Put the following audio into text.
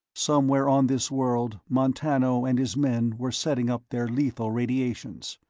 somewhere on this world, montano and his men were setting up their lethal radiations.